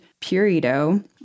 Purito